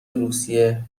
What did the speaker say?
روسیه